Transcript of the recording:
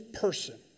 person